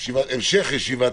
ישיבת